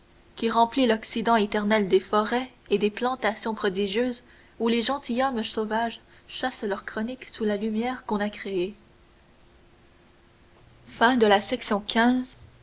qui remplit l'occident éternel des forêts et des plantations prodigieuses où les gentilshommes sauvages chassent leurs chroniques sous la lumière qu'on a créée